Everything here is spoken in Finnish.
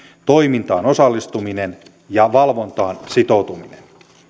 toimintaan osallistuminen ja valvontaan sitoutuminen